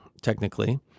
technically